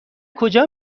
کجا